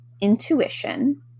intuition